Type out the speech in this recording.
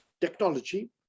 technology